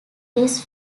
ace